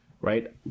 right